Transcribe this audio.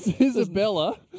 Isabella